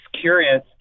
curious